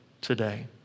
today